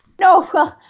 No